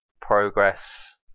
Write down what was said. progress